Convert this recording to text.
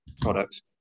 products